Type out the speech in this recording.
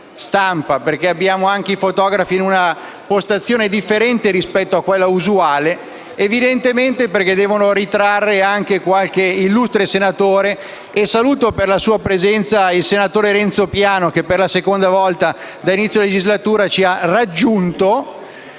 stampa: abbiamo anche i fotografi in una postazione differente rispetto a quella usuale, perché evidentemente devono ritrarre anche qualche illustre senatore. E saluto per la sua presenza il senatore Renzo Piano, che per la seconda volta dall'inizio della legislatura ci ha raggiunto,